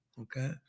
Okay